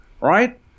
right